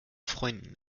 freunden